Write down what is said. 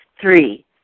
Three